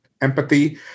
empathy